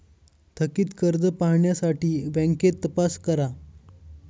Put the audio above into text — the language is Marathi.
थकित कर्ज पाहण्यासाठी बँकेत तपास करा